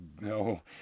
no